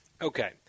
Okay